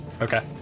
Okay